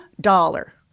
dollar